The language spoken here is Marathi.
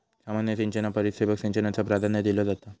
सामान्य सिंचना परिस ठिबक सिंचनाक प्राधान्य दिलो जाता